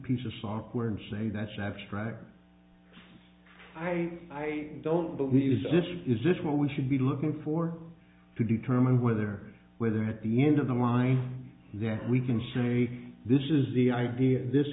piece of software and say that's abstract i don't believe use it is it's what we should be looking for to determine whether whether at the end of the line there we can see this is the idea this